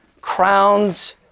crowns